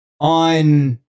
on